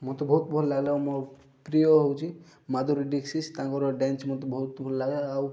ମୋତେ ବହୁତ ଭଲ ଲାଗିଲା ମୋ ପ୍ରିୟ ହେଉଛି ମାଧୁରୀ ଡିକ୍ସିତ୍ ତାଙ୍କର ଡ୍ୟାନ୍ସ ମୋତେ ବହୁତ ଭଲ ଲାଗେ ଆଉ